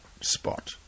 spot